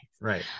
right